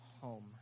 home